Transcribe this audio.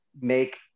make